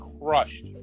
crushed